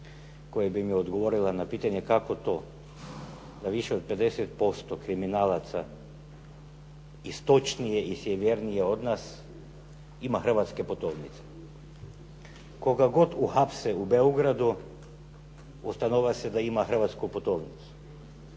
koja bi mi odgovorila kako to da više od 50% kriminalaca istočnije i sjevernije od nas ima hrvatske putovnice. Koga god uhapse u Beogradu ustanovilo se da ima hrvatsku putovnicu.